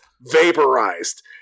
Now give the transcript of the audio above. vaporized